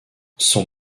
son